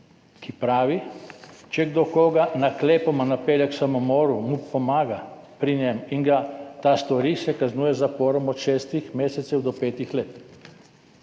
ki pravi: »Kdor koga naklepoma napelje k samomoru ali mu pomaga pri njem in ga ta stori, se kaznuje z zaporom od šestih mesecev do petih let.«